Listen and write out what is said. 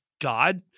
God